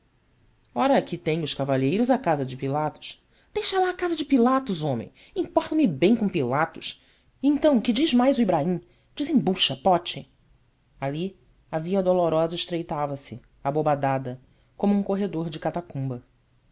ora aqui têm os cavalheiros a casa de pilatos deixa lá a casa de pilatos homem importa me bem com pilatos e então que diz mais o ibraim desembucha pote ali a via dolorosa estreitava se abobadada como um corredor de catacumba